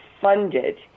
funded